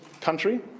country